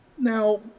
Now